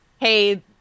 hey